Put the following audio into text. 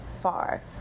far